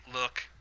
look